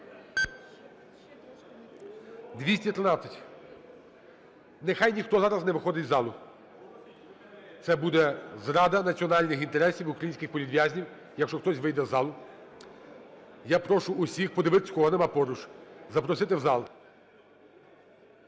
За-213 Нехай ніхто зараз не виходить з залу. Це буде зрада національних інтересів, українських політв'язнів, якщо хтось вийде з залу. Я прошу усіх подивитися, кого нема поруч, запросити в зал.